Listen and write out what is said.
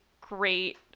great